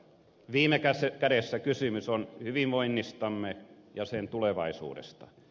viime kädessä kysymys on hyvinvoinnistamme ja sen tulevaisuudesta